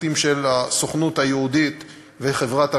בתים של הסוכנות היהודית וחברת "עמיגור",